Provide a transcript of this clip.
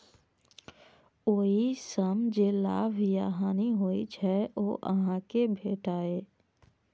ओइ सं जे लाभ या हानि होइ छै, ओ अहां कें भेटैए